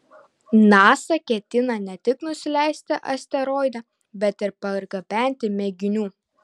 nasa ketina ne tik nusileisti asteroide bet ir pargabenti mėginių